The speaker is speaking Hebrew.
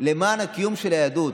למען הקיום של היהדות,